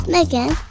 Megan